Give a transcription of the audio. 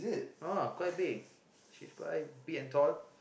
oh quite big she's quite big and tall